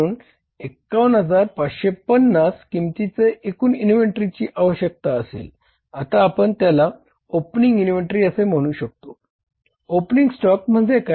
म्हणून 51550 किंमतीच्या एकूण इन्व्हेंटरीची आवश्यकता असेल आता आपण त्याला ओपनिंग इनव्हेंटरी असे म्हणू शकतो ओपनिंग स्टॉक म्हणजे काय